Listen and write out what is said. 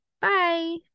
Bye